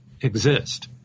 exist